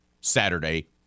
Saturday